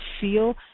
feel